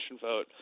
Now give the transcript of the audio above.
vote